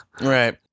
Right